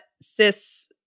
cis